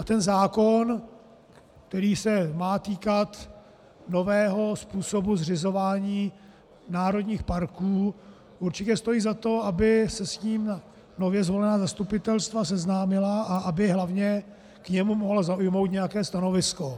Ten zákon, který se má týkat nového způsobu zřizování národních parků, určitě stojí za to, aby se s ním nově zvolená zastupitelstva seznámila a hlavně aby k němu mohla zaujmout nějaké stanovisko.